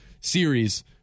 series